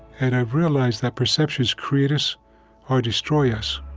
and i realized that perceptions create us or destroy us,